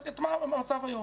את המצב היום